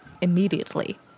immediately